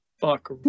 Fuck